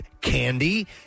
candy